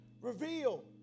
reveal